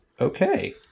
Okay